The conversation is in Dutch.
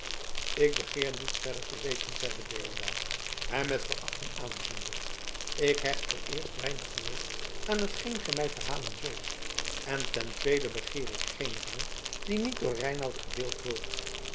ik begeer niets verder te weten zeide deodaat hem met verachting aanziende ik hecht vooreerst weinig geloof aan t geen gij mij verhalen kunt en ten tweede begeer ik geen rang die niet door reinout gedeeld wordt